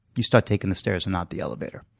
you start taking the stairs and not the elevator.